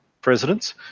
presidents –